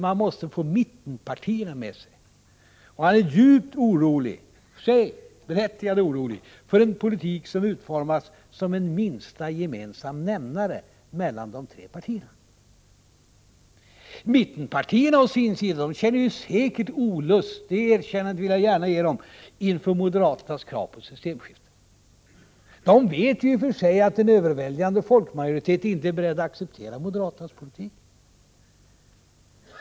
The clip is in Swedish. Man måste få mittenpartierna med sig. Han är djupt orolig — det är i och för sig en berättigad oro — för en politik som utformas som en minsta gemensam nämnare för de tre partierna. Mittenpartierna å sin sida känner säkert olust — det erkännandet ger jag dem gärna — inför moderaternas krav på ett systemskifte. De vet i och för sig att en överväldigande folkmajoritet inte är beredd att acceptera moderaternas politik.